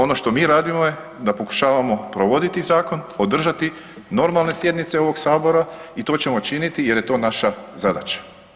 Ono što mi radimo je da pokušavamo provoditi zakon, održati normalne sjednice ovog Sabora i to ćemo činiti jer je to naša zadaća.